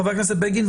חבר הכנסת בגין,